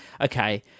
okay